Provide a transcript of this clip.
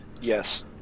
Yes